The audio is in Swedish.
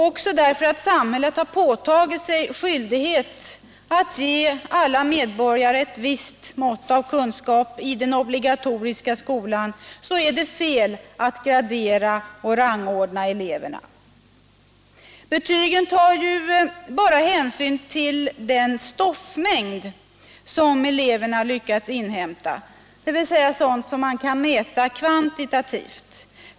Också därför att samhället påtagit sig skyldigheten att ge alla medborgare ett visst mått av kunskap i den obligatoriska skolan är det fel att gradera och rangordna eleverna. Betygen tar ju bara hänsyn till den stoffmängd som eleverna lyckats inhämta, dvs. sådant som man kan mäta kvantitativt.